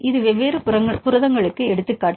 இது வெவ்வேறு புரதங்களுக்கு எடுத்துக்காட்டு